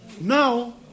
Now